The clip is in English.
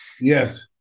Yes